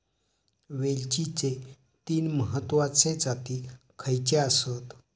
वेलचीचे तीन महत्वाचे जाती खयचे आसत?